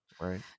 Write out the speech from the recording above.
right